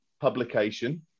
publication